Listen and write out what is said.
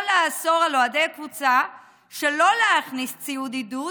לאסור על אוהדי קבוצה להכניס ציוד עידוד